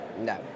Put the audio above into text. No